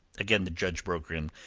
again the judge broke in.